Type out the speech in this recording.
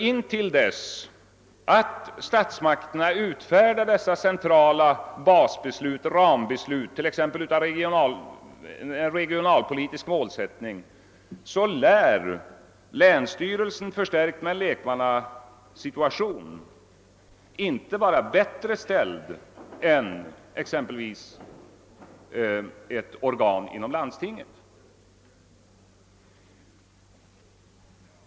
Intill dess att statsmakterna utfärdar dessa centrala baseller rambeslut, t.ex. för en regionalpolitisk mål sättning, lär länsstyrelsen, förstärkt med lekmannarepresentation, inte vara bättre ställd än exempelvis ett organ inom landstinget.